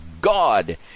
God